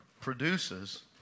produces